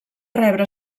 rebre